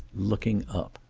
looking up.